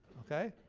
okay?